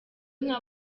nka